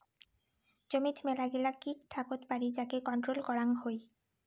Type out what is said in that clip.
জমিত মেলাগিলা কিট থাকত পারি যাকে কন্ট্রোল করাং হই